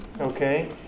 Okay